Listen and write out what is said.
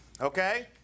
okay